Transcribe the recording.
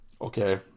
okay